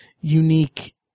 unique